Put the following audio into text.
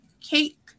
cake